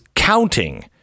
counting